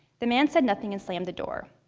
the man said nothing and slammed the door.